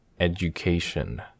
education